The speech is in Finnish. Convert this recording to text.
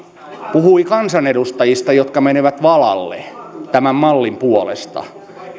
puhui kansanedustajista jotka menevät valalle tämän mallin puolesta